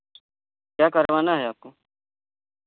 क्या करवाना है आपको